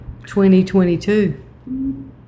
2022